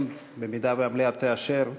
אם המליאה תאשר,